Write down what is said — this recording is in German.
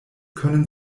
können